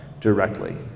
directly